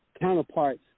counterparts